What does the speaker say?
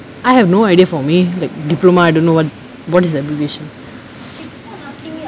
I have no idea for me like diploma I don't know what what is the abbreviation